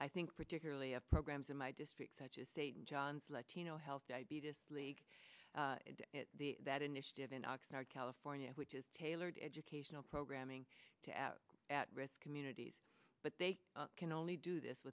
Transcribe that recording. i think particularly of programs in my district such as state johns latino health diabetes league that initiative in oxnard california which is tailored educational programming to out at risk communities but they can only do this